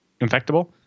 infectable